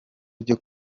byo